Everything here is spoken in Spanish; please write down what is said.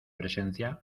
presencia